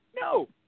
No